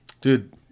dude